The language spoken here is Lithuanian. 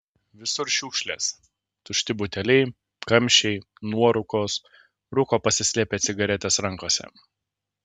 visur šiukšlės tušti buteliai kamščiai nuorūkos rūko pasislėpę cigaretes rankose